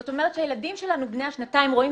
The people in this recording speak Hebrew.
זאת אומרת שהילדים שלנו בני השנתיים רואים